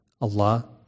Allah